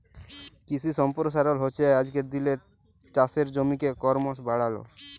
কিশি সম্পরসারল হচ্যে আজকের দিলের চাষের জমিকে করমশ বাড়াল